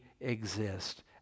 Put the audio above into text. exist